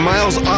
Miles